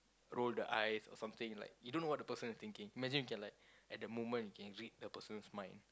roll the eyes or something like you don't know what the person is thinking imagine you can like at the moment you can read the person's mind